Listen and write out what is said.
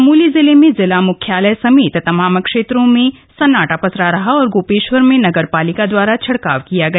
चमोली जिले मे जिला मुख्यालय समेत तमाम क्षेत्रों में सन्नाटा पसरा रहा और गोपेश्वर में नगर पालिका द्वारा छिड़काव किया गया